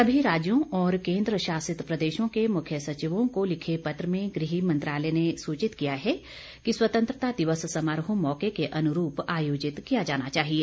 सभी राज्यों और केंद्र शासित प्रदेशों के मुख्य सचिवों को लिखे पत्र में गृह मंत्रालय ने सूचित किया है कि स्वतंत्रता दिवस समारोह मौके के अनुरूप आयोजित किया जाना चाहिए